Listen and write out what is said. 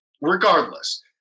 regardless